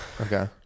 Okay